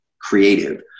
creative